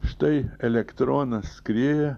štai elektronas skrieja